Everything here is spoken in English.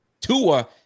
Tua